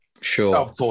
Sure